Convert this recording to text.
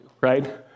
right